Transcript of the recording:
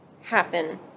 happen